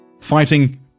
fighting